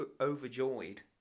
overjoyed